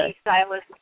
stylist